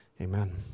Amen